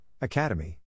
academy